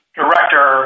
director